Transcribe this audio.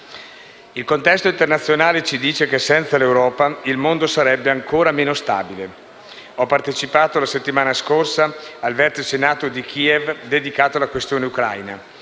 Il contesto internazionale ci dice che senza l'Europa il mondo sarebbe ancora meno stabile. Ho partecipato, la settimana scorsa, al vertice NATO di Kiev dedicato alla questione ucraina.